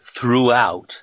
throughout